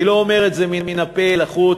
אני לא אומר את זה מהפה אל החוץ,